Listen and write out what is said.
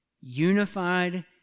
unified